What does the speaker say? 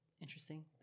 interesting